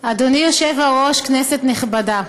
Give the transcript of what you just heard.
אדוני היושב-ראש, כנסת נכבדה,